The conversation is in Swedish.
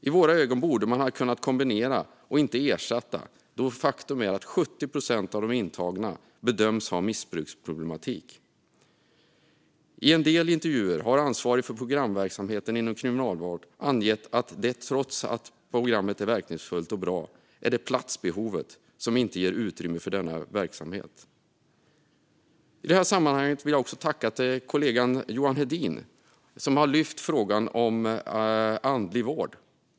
I våra ögon borde man ha kunnat kombinera i stället för att ersätta, då det är ett faktum att 70 procent av de intagna bedöms ha missbruksproblematik. I en del intervjuer har ansvarig för programverksamheten inom kriminalvården angett att platsbristen inte ger utrymme för denna verksamhet, trots att programmet är verkningsfullt och bra. I det här sammanhanget vill jag tacka kollegan Johan Hedin, som har lyft frågan om andlig vård.